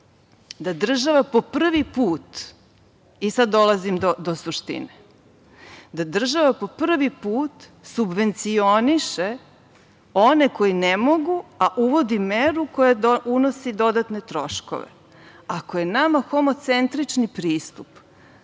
da država po prvi put, i sad dolazim do suštine, da država po prvi put subvencioniše one koji ne mogu a uvodi meru koja unosi dodatne troškove. Ako je nama homocentrični pristup,